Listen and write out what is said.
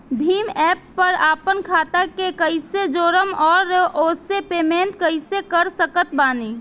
Bhim app पर आपन खाता के कईसे जोड़म आउर ओसे पेमेंट कईसे कर सकत बानी?